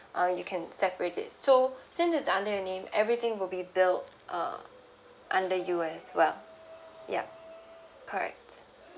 uh you can separate it so since it's under your name and everything will be billed uh under you as well yup correct